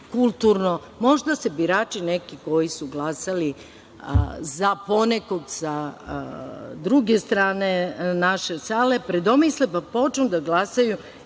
Možda se birači neki koji su glasali za po nekog sa druge strane naše sale predomisle, pa počnu da glasaju